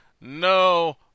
no